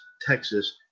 Texas